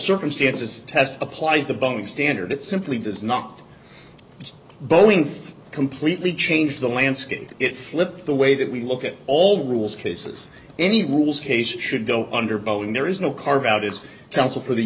circumstances test applies the bonus standard it simply does not boeing completely changed the landscape it flipped the way that we look at all rules cases any rules hey should go under boeing there is no carve out his council for the